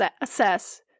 assess